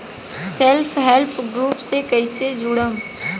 Self help group से कइसे जुड़म?